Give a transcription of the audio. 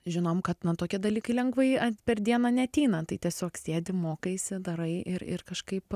žinom kad na tokie dalykai lengvai per dieną neateina tai tiesiog sėdi mokaisi darai ir ir kažkaip